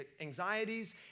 anxieties